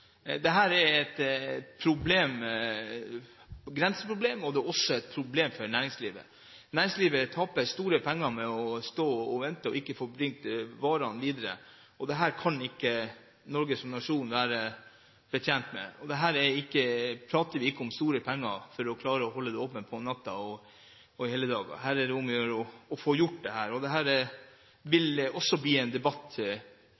er et grenseproblem, og det er et problem for næringslivet. Næringslivet taper store penger på å stå og vente og ikke få brakt varene videre. Dette kan ikke Norge som nasjon være bekjent av. Her prater vi ikke om store penger for å klare å holde det åpent om natta og på helligdager, her er det om å gjøre å få gjort det. Dette vil også bli en debatt neste uke, når vi skal diskutere grensehindre i Norden. Her